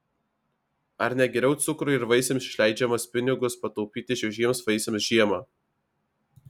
ar ne geriau cukrui ir vaisiams išleidžiamas pinigus pataupyti šviežiems vaisiams žiemą